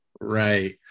Right